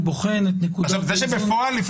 הוא בוחן את נקודת האיזון -- זה שבפועל הם